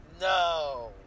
No